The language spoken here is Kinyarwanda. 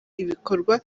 ibikorwa